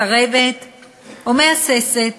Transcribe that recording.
מסרבת או מהססת